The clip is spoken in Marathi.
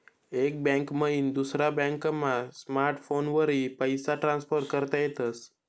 एक बैंक मईन दुसरा बॅकमा स्मार्टफोनवरी पैसा ट्रान्सफर करता येतस